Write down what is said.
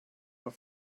are